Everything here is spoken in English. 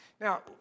Now